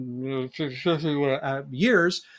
years